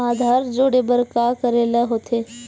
आधार जोड़े बर का करे ला होथे?